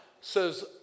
says